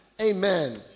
Amen